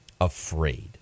afraid